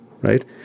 right